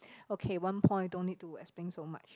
okay one point don't need to explain so much